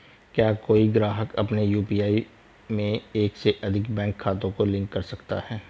क्या कोई ग्राहक अपने यू.पी.आई में एक से अधिक बैंक खातों को लिंक कर सकता है?